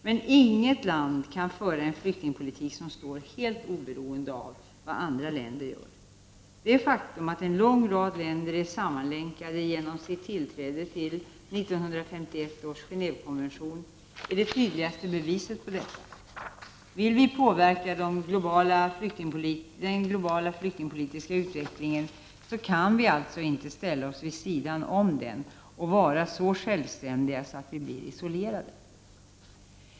Men inget land kan föra en flyktingpolitik som är helt oberoende av vad andra länder gör. Det faktum att en lång rad länder är sammanlänkade genom sitt tillträde till 1951 års Gené vekonvention är det tydligaste beviset på detta. Vill vi påverka den globala flyktingpolitiska utvecklingen kan vi alltså inte ställa oss vid sidan av den och vara så självständiga att vi blir isolerade.